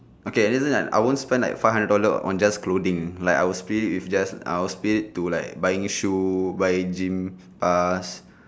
okay isn't that I won't spend like five hundred dollars on just clothings like I will split it with just I will split it to like buying shoe buy gym pass